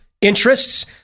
interests